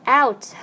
out